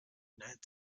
united